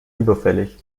überfällig